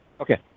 Okay